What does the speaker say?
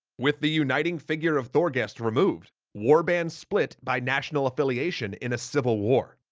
with the uniting figure of thorgest removed war bands split by national affiliation in a civil war.